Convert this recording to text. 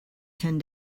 ten